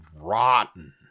rotten